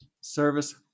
Service